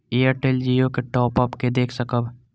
Airtel Jio के top up के देख सकब?